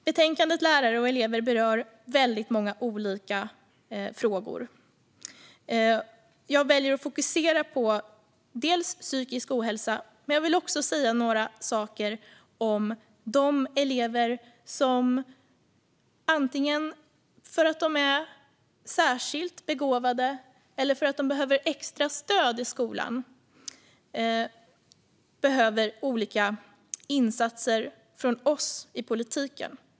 Betänkandet Lärare och elever berör många olika frågor. Jag väljer att fokusera på psykisk ohälsa, men jag vill också säga några saker om de elever som, antingen för att de är särskilt begåvade eller för att de behöver extra stöd i skolan, behöver olika insatser från oss i politiken.